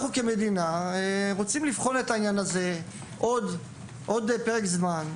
אנחנו כמדינה רוצים לבחון את העניין הזה עוד פרק זמן,